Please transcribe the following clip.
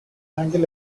angle